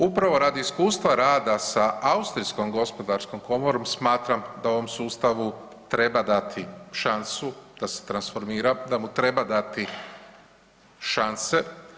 Upravo radi iskustava rada sa Austrijskom gospodarskom komorom smatram da ovom sustavu treba dati šansu da se transformira, da mu treba dati šanse.